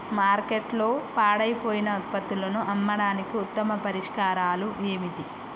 మార్కెట్లో పాడైపోయిన ఉత్పత్తులను అమ్మడానికి ఉత్తమ పరిష్కారాలు ఏమిటి?